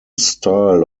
style